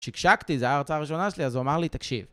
שקשקתי, זו הייתה הרצאה הראשונה שלי, אז הוא אמר לי, תקשיב.